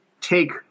take